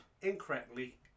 incorrectly